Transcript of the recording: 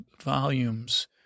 volumes